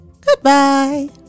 goodbye